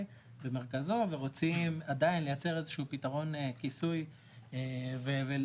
במרכזו ורוצים עדיין לייצר איזה שהוא פתרון כיסוי ולחיות